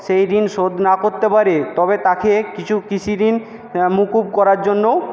সেই ঋণ শোধ না করতে পারে তবে তাকে কিছু কৃষি ঋণ মকুব করার জন্যও